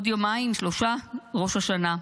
עוד יומיים-שלושה ראש השנה,